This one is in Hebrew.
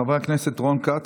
חבר הכנסת רון כץ.